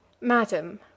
Madam